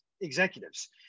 executives